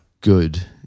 good